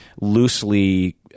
loosely